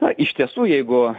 na iš tiesų jeigu